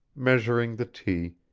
measuring the tea,